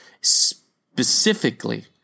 Specifically